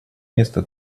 место